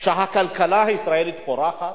שהכלכלה הישראלית פורחת.